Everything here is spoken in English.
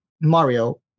mario